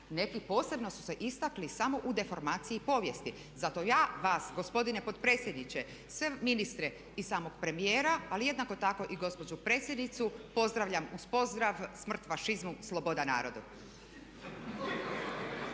neki posebno su se istakli samo u deformaciji povijesti. Zato ja vas gospodine potpredsjedniče, sve ministre i samog premijera ali jednako tako i gospođu predsjednicu pozdravljam uz pozdrav smrt fašizmu, sloboda narodu!